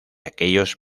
aquellos